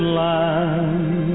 land